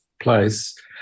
place